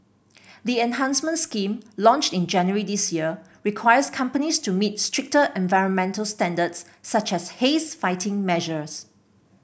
the enhanced scheme launched in January this year requires companies to meet stricter environmental standards such as haze fighting measures